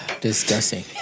Disgusting